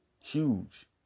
huge